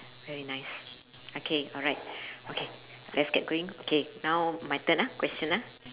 very nice okay alright okay let's get going okay now my turn ah question ah